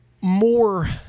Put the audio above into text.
more